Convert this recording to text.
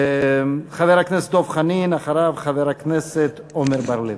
חבר הכנסת דב חנין, אחריו, חבר הכנסת עמר בר-לב.